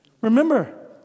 Remember